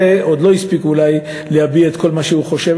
זה עוד לא הספיק אולי להביע את כל מה שהוא חושב,